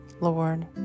Lord